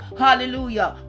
hallelujah